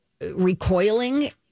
recoiling